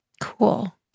Cool